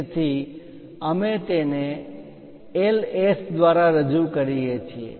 તેથી અમે તેને Ls દ્વારા રજૂ કરીએ છીએ